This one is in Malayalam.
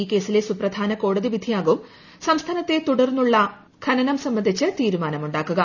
ഈ കേസിലെ സുപ്രീം കോടതി വിധിയാകും സംസ്ഥാനത്തെ തുടർന്നുള്ള ഖനനം സംബന്ധിച്ച് തീരുമാനമുണ്ടാക്കുക